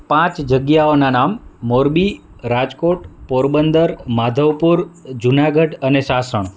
પાંચ જગ્યાઓના નામ મોરબી રાજકોટ પોરબંદર માધવપુર જુનાગઢ અને સાસણ